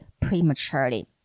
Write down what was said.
prematurely